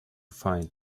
find